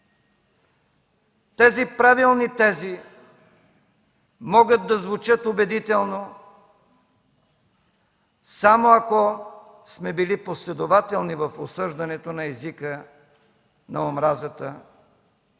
Тези правилни тези могат да звучат убедително, само ако сме били последователни в осъждането на езика на омразата,